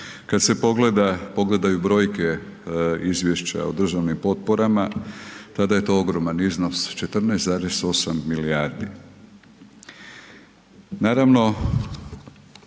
Kad se pogledaju brojke izvješća o državnim potporama, tada je to ogroman iznos, 14,8 milijardi.